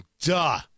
duh